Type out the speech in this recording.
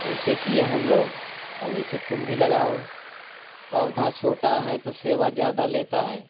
वैसे किए हम लोग और वैसे तुम भी लगाओ पौधा छोटा है तो सेवा ज्यादा लेता है